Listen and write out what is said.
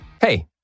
Hey